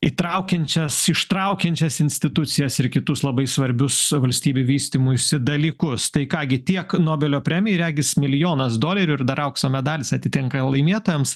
įtraukiančias ištraukiančias institucijas ir kitus labai svarbius valstybei vystymuisi dalykus tai ką gi tiek nobelio premijoj regis milijonas dolerių ir dar aukso medalis atitenka laimėtojams